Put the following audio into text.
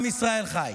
עם ישראל חי.